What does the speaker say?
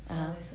ah ha